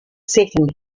second